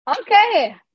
Okay